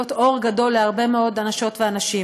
אור גדול להרבה מאוד אנשות ואנשים,